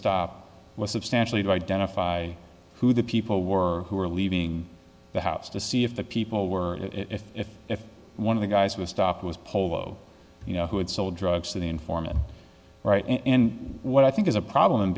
stop was substantially to identify who the people were who were leaving the house to see if the people were if if if one of the guys was stopped was polo you know who had sold drugs to the informant right and what i think is a problem